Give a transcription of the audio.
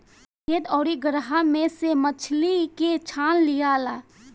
खेत आउरू गड़हा में से मछली के छान लियाला